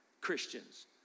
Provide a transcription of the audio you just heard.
Christians